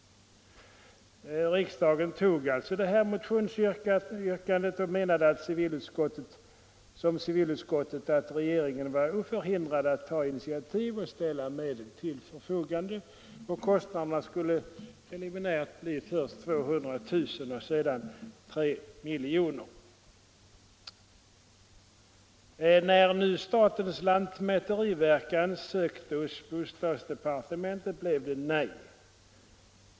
När nu lantmäteriverket ansökte om medel hos bostadsdepartementet blev det nej.